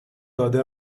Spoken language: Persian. داده